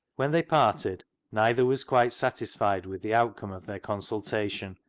when they parted neither was quite satisfied with the outcome of their consultation,